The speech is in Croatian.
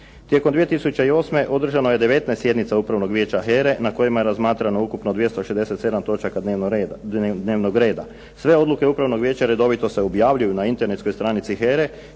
Tijekom 2008. održano je 19 sjednica Upravnog vijeća HERA-e na kojima je razmatrano ukupno 267 točaka dnevnog reda. Sve odluke Upravnog vijeća redovito se objavljuju na internetskoj stranici HERA-e